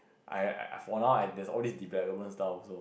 I I for now I there's all these development stuff also